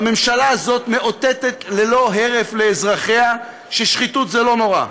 הממשלה הזאת מאותתת ללא הרף לאזרחיה ששחיתות זה לא נורא,